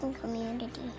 Community